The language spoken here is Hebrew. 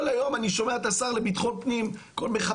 כל הזמן אני שומע את השר לביטחון פנים מחפש,